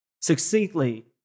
succinctly